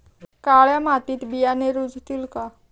काळ्या मातीत बियाणे रुजतील का?